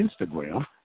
Instagram